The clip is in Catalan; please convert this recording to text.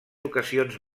ocasions